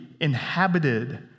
inhabited